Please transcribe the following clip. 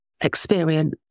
experience